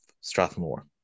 Strathmore